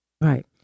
Right